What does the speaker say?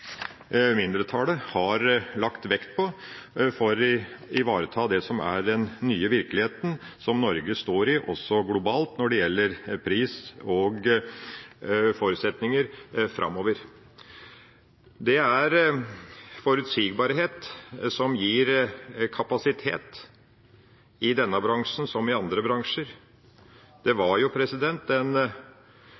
Norge står i, også globalt, når det gjelder pris og forutsetninger framover. Det er forutsigbarhet som gir kapasitet, i denne bransjen som i andre bransjer. Det var jo en